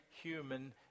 human